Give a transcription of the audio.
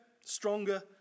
stronger